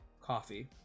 coffee